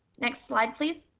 next slide, please.